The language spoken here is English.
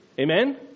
Amen